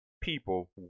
people